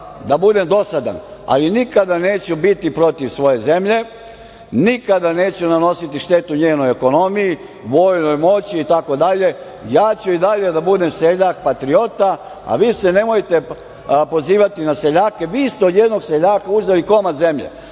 da budem dosadan, ali nikada neću biti protiv svoje zemlje, nikada neću nanositi štetu njenoj ekonomiji, vojnoj moći itd. Ja ću i dalje da budem seljak patriota, a vi se nemojte pozivati na seljake. Vi ste od jednog seljaka uzeli komad zemlje.